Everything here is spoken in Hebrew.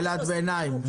שאלת ביניים: